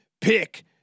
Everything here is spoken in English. Pick